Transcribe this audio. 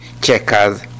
checkers